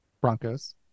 Broncos